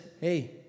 hey